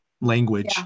language